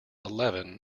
eleven